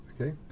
okay